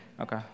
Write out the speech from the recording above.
Okay